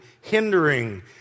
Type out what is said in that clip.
hindering